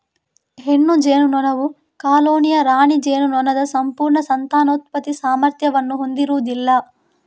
ಹೆಣ್ಣು ಜೇನುನೊಣವು ಕಾಲೋನಿಯ ರಾಣಿ ಜೇನುನೊಣದ ಸಂಪೂರ್ಣ ಸಂತಾನೋತ್ಪತ್ತಿ ಸಾಮರ್ಥ್ಯವನ್ನು ಹೊಂದಿರುವುದಿಲ್ಲ